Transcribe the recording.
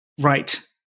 Right